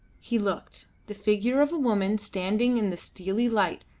he looked. the figure of a woman standing in the steely light,